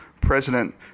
President